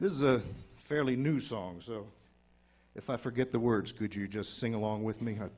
this is a fairly new song so if i forget the words could you just sing along with me how